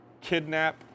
kidnap